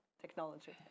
technology